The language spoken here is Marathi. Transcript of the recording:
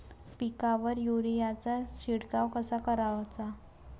पिकावर युरीया चा शिडकाव कसा कराचा?